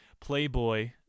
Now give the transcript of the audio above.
Playboy